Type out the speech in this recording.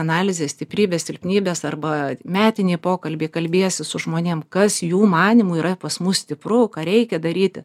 analizės stiprybės silpnybės arba metinį pokalbį kalbiesi su žmonėm kas jų manymu yra pas mus stipru ką reikia daryti